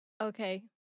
okay